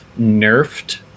nerfed